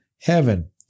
heaven